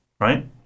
right